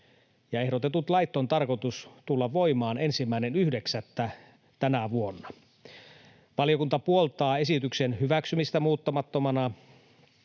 Ehdotetut lait on tarkoitettu tulemaan voimaan 1.9. tänä vuonna. Valiokunta puoltaa esityksen hyväksymistä muuttamattomana.